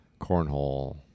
cornhole